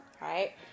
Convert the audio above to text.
right